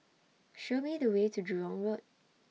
Show Me The Way to Jurong Road